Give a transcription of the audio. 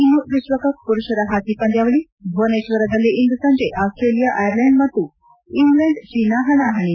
ಇನ್ನು ವಿಶ್ವಕಪ್ ಪುರುಷರ ಹಾಕಿ ಪಂದ್ವಾವಳಿ ಭುವನೇಶ್ವರದಲ್ಲಿ ಇಂದು ಸಂಜೆ ಆಸ್ವೇಲಿಯಾ ಐರ್ನೈಂಡ್ ಮತ್ತು ಇಂಗ್ಲೇಂಡ್ ಚೀನಾ ಹಣಾಹಣೆ